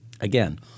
Again